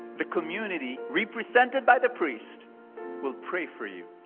the community, represented by the priest will pray for you.